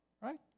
right